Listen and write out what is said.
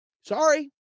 Sorry